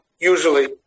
usually